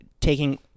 taking